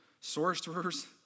sorcerers